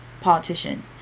Politician